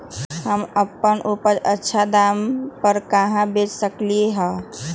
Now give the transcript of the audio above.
हम अपन उपज अच्छा दाम पर कहाँ बेच सकीले ह?